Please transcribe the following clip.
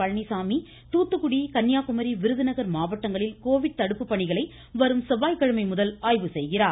பழனிச்சாமி தூத்துக்குடி கன்னியாகுமரி விருதுநகர் மாவட்டங்களில் கோவிட் தடுப்பு பணிகளை வரும் செவ்வாய் கிழமை முதல் ஆய்வு செய்கிறார்